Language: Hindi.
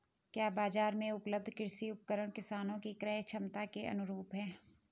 क्या बाजार में उपलब्ध कृषि उपकरण किसानों के क्रयक्षमता के अनुरूप हैं?